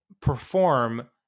perform